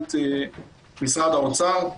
מנכ"לית משרד האוצר.